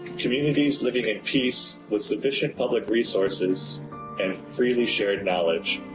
communities living in peace with sufficient public resources and freely shared knowledge